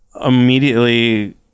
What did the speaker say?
immediately